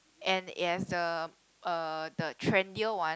and it has the uh the trendier one